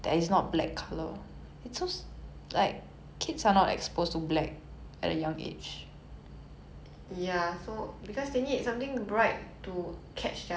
ya so because they need something bright to catch their attention 小孩子 attention span very short so you need colours to stand out